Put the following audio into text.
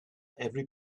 every